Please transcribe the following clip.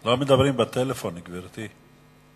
לא מדברים בטלפון, גברתי.